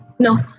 No